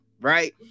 right